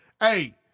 Hey